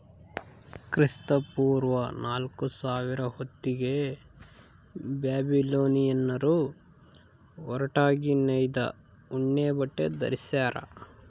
ಕ್ರಿಸ್ತಪೂರ್ವ ನಾಲ್ಕುಸಾವಿರ ಹೊತ್ತಿಗೆ ಬ್ಯಾಬಿಲೋನಿಯನ್ನರು ಹೊರಟಾಗಿ ನೇಯ್ದ ಉಣ್ಣೆಬಟ್ಟೆ ಧರಿಸ್ಯಾರ